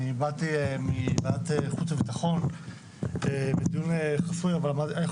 אני באתי מוועדת חוץ וביטחון מדיון חסוי אבל היה לי